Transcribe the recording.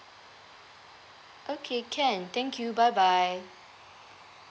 okay can thank you bye bye